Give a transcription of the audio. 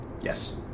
Yes